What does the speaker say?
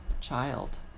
child